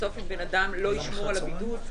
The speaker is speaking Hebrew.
בסוף אם בן אדם לא ישמור על הבידוד,